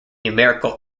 numerical